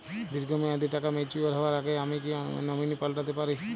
দীর্ঘ মেয়াদি টাকা ম্যাচিউর হবার আগে আমি কি নমিনি পাল্টা তে পারি?